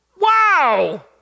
Wow